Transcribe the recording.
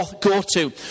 go-to